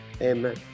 amen